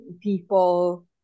people